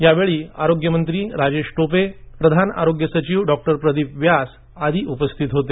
याप्रसंगी आरोग्यमंत्री राजेश टोपे प्रधान आरोग्य सचिव डॉक्टर प्रदीप व्यास आदी उपस्थित होते